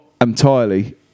entirely